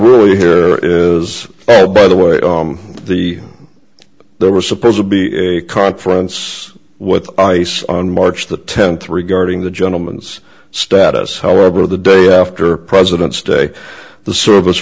really here is by the way the there was supposed to be a conference with ice on march the tenth regarding the gentleman's status however the day after president's day the service